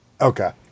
Okay